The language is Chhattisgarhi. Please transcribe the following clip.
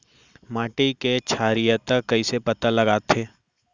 माटी के क्षारीयता कइसे पता लगथे?